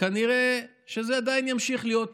וכנראה שזו עדיין תמשיך להיות